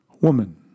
woman